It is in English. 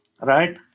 right